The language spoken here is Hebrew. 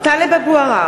(קוראת בשמות חברי הכנסת) טלב אבו עראר,